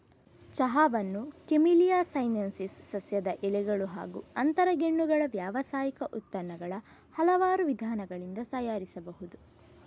ಚಹಾವನ್ನು camellia sinensis ಸಸ್ಯದ ಎಲೆಗಳು ಹಾಗೂ ಅಂತರಗೆಣ್ಣುಗಳ ವ್ಯಾವಸಾಯಿಕ ಉತ್ಪನ್ನಗಳ ಹಲವಾರು ವಿಧಾನಗಳಿಂದ ತಯಾರಿಸಬಹುದು